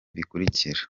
bikurikira